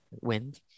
wind